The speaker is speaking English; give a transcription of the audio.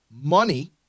money